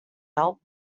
help